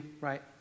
right